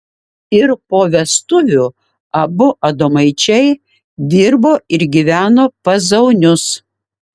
ir po vestuvių abu adomaičiai dirbo ir gyveno pas zaunius